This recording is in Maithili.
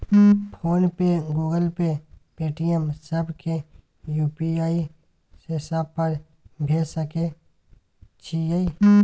फोन पे, गूगल पे, पेटीएम, सब के यु.पी.आई से सब पर भेज सके छीयै?